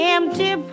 Empty